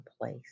place